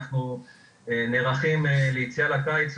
נערכים ליציאה לקיץ.